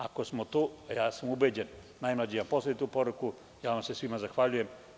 Ako smo, a ubeđen sam da smo najmlađima poslali tu poruku, ja vam se svima zahvaljujem.